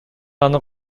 аны